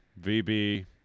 vb